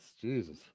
Jesus